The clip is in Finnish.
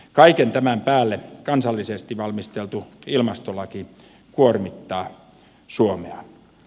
kaiken tämän päälle kansallisesti valmisteltu ilmastolaki kuormittaa suomea